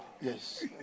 Yes